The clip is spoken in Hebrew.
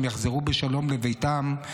שיחזרו בשלום לביתם,